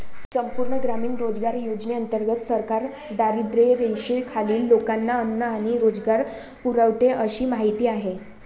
संपूर्ण ग्रामीण रोजगार योजनेंतर्गत सरकार दारिद्र्यरेषेखालील लोकांना अन्न आणि रोजगार पुरवते अशी माहिती आहे